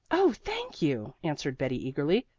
oh thank you! answered betty eagerly.